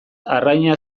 arraina